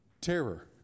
terror